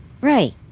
Right